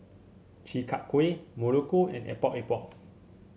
Chi Kak Kuih Muruku and Epok Epok